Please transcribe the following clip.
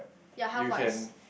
ya health wise